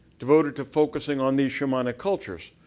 devoted to focusing on these shamanic cultures,